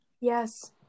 yes